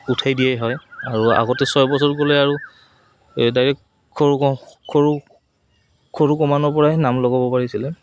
উঠাই দিয়ে হয় আৰু আগতে ছয় বছৰ গ'লে আৰু এই ডাইৰেক্ট সৰু সৰু সৰু ক মানৰ পৰাই নাম লগাব পাৰিছিলে